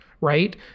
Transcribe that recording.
right